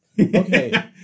Okay